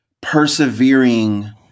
persevering